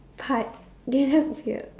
part fear